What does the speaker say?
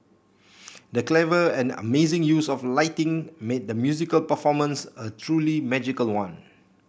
the clever and amazing use of lighting made the musical performance a truly magical one